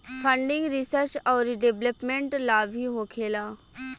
funding research औरी development ला भी होखेला